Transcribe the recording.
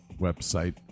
website